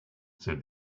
said